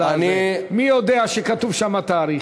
מי יודע שכתוב שם התאריך?